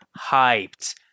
hyped